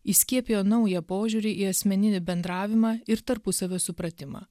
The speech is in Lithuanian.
įskiepijo naują požiūrį į asmeninį bendravimą ir tarpusavio supratimą